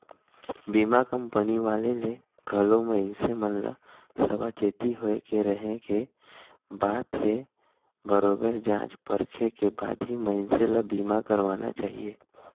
बीमा कंपनी वाले ले घलो मइनसे मन ल सावाचेती होय के रहें के बात हे बरोबेर जॉच परखे के बाद ही मइनसे ल बीमा करवाना चाहिये